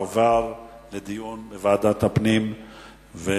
תועבר לדיון בוועדת הפנים והגנת